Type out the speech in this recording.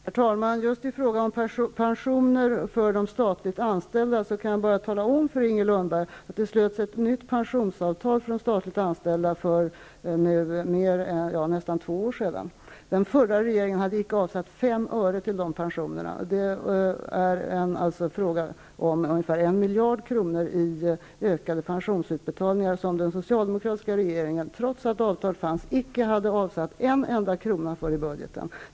Herr talman! Just i fråga om pensioner för de statligt anställda kan jag bara tala om för Inger Lundberg att det slöts ett nytt pensionsavtal avseende dessa för nästan två år sedan. Den förra regeringen hade icke avsatt fem öre till de pensionerna. Det är fråga om ungefär en miljard kronor i ökade pensionsut betalningar som den socialdemokratiska regeringen trots att avtal fanns icke hade avsatt en enda krona för i budgeten.